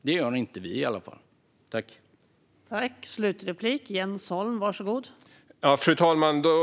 Det vill i alla fall inte vi.